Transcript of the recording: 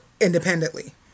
independently